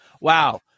Wow